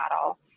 model